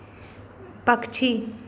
पक्षी